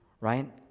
right